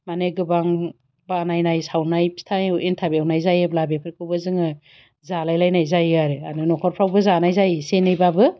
माने गोबां बानायनाय सावनाय फिथा एनथाब एवनाय जायोब्ला बेफोरखौबो जोङो जालायलायनाय जायो आरो नखरफ्रावबो जानाय जायो एसे एनैबाबो